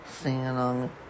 sing-along